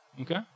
okay